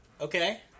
Okay